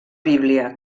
bíblia